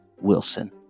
Wilson